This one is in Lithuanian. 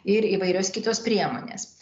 ir įvairios kitos priemonės